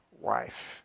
wife